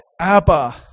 Abba